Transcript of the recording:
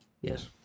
Yes